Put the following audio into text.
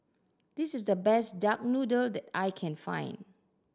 this is the best duck noodles that I can find